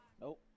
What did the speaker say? Nope